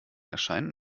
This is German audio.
erscheinen